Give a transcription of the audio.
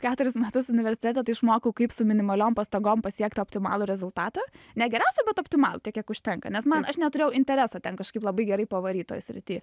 keturis metus universitete tai išmokau kaip su minimaliom pastangom pasiekti optimalų rezultatą ne geriausią bet optimalų tiek kiek užtenka nes man aš neturėjau intereso ten kažkaip labai gerai pavaryt toj srity